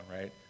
right